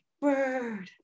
bird